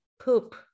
poop